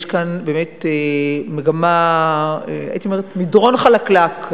יש כאן באמת מדרון חלקלק,